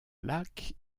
lac